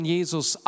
Jesus